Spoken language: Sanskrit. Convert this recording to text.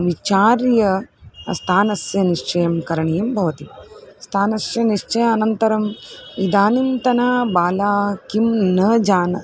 विचार्य स्थानस्य निश्चयं करणीयं भवति स्थानस्य निश्चयात् अनन्तरम् इदानीन्तन बालाः किं न जानन्ति